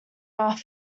earth